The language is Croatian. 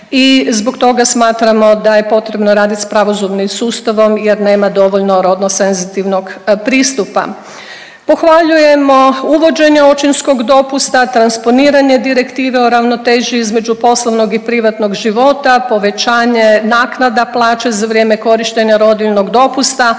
i zbog toga smatramo da je potrebno radit s pravosudnim sustavom jer nema dovoljno rodno senzitivnog pristupa. Pohvaljujemo uvođenje očinskog dopusta, transponiranje direktive o ravnoteži između poslovnog i privatnog života, povećanje naknada plaće za vrijeme korištenja rodiljnog dopusta